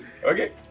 Okay